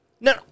No